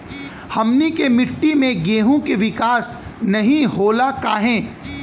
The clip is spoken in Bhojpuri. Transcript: हमनी के मिट्टी में गेहूँ के विकास नहीं होला काहे?